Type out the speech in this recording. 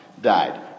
died